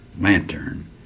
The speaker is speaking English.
lantern